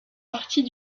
partie